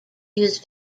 use